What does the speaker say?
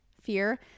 fear